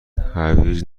هویج